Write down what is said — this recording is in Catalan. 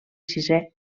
sisè